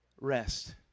rest